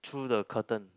through the curtain